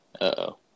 Uh-oh